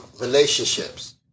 relationships